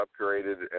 upgraded